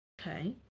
okay